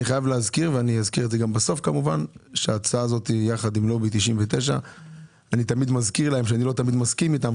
אני חייב להזכיר שההצעה הזו היא יחד עם לובי 99. אני תמיד מזכיר להם שאני לא תמיד מסכים איתם,